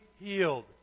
healed